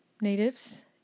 natives